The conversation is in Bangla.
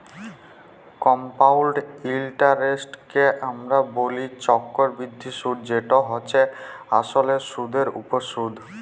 কমপাউল্ড ইলটারেস্টকে আমরা ব্যলি চক্করবৃদ্ধি সুদ যেট হছে আসলে সুদের উপর সুদ